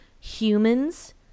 humans